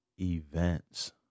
events